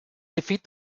defeat